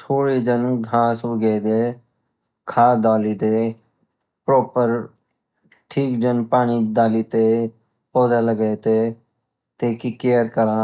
थोड़ा जान घास उगेदे खद् दलिते प्रॉपर ठीक जन पानी दलिते पौधा लगा ते टेकि केयर करा